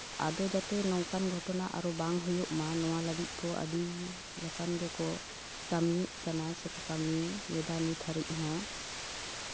ᱟᱫᱚ ᱡᱟᱛᱮ ᱱᱚᱝᱠᱟᱱ ᱜᱷᱚᱴᱚᱱᱟ ᱟᱨᱚ ᱵᱟᱝ ᱦᱩᱭᱩᱜ ᱢᱟ ᱱᱚᱣᱟ ᱞᱟᱹᱜᱤᱫ ᱠᱚ ᱟᱹᱰᱤ ᱞᱮᱠᱟᱱ ᱜᱮᱠᱚ ᱠᱟᱹᱢᱤᱭᱮᱫ ᱠᱟᱱᱟ ᱥᱮᱠᱚ ᱠᱟᱹᱢᱤᱭᱮᱫᱟ ᱱᱤᱛ ᱦᱟᱹᱨᱤᱡᱽ ᱦᱚᱸ